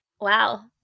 Wow